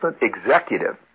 executive